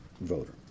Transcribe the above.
voter